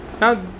Now